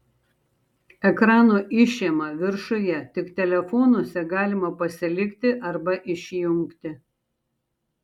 ekrano išėma viršuje tik telefonuose galima pasilikti arba išjungti